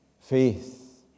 faith